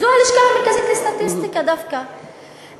זו הלשכה המרכזית לסטטיסטיקה דווקא,